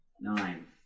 Nine